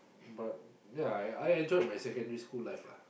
but yea I I I enjoyed my secondary school life lah